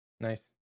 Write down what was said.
Nice